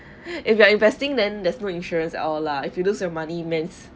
if you are investing then there's no insurance at all lah if you lose your money means